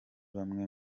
bamwe